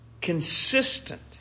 consistent